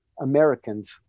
Americans